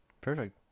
perfect